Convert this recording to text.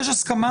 יש הסכמה?